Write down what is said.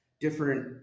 different